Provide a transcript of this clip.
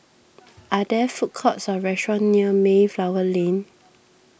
are there food courts or restaurants near Mayflower Lane